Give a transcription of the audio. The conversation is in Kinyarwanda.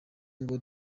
ngo